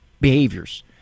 behaviors